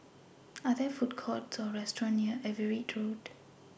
Are There Food Courts Or restaurants near Everitt Road